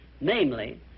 namely